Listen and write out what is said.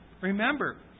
Remember